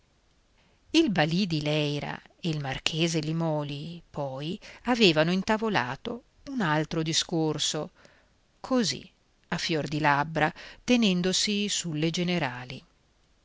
balì di leyra e il marchese limòli poi avevano intavolato un altro discorso così a fior di labbra tenendosi sulle generali